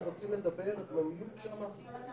אנחנו מתיימרים להיות Start-up Nation,